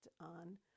on